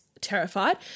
terrified